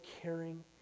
caring